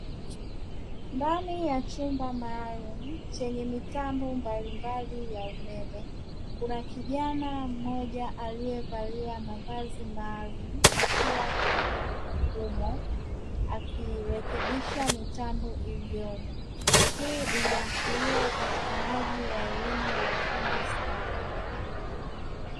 Ndani ya chumba maalumu, chenye mitambo mbalimbali ya umeme, kuna kijana mmoja aliyevalia mavazi maalumu, akiwa ndani humo, akirekebisha mitambo hiliyomo. Hii inaashiria upatikanaji wa elimu ya ufundi stadi.